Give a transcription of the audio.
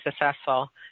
successful